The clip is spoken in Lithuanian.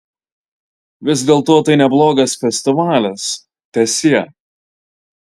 vis dėlto tai neblogas festivalis teesie